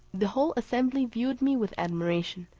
the whole assembly viewed me with admiration,